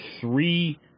three